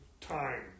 time